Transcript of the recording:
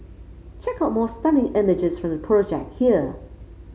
check out more stunning images from the project here